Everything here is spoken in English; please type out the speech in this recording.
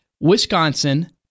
Wisconsin